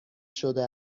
شده